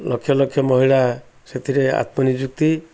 ଲକ୍ଷ ଲକ୍ଷ ମହିଳା ସେଥିରେ ଆତ୍ମନିଯୁକ୍ତି